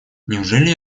неужели